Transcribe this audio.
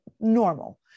normal